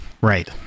Right